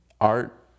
Art